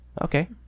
Okay